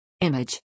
Image